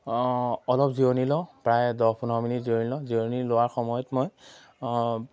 অলপ জিৰণি লওঁ প্ৰায় দহ পোন্ধৰ মিনিট জিৰণি লওঁ জিৰণি লোৱাৰ সময়ত মই